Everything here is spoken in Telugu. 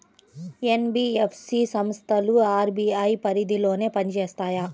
ఎన్.బీ.ఎఫ్.సి సంస్థలు అర్.బీ.ఐ పరిధిలోనే పని చేస్తాయా?